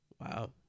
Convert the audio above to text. Wow